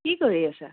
কি কৰি আছা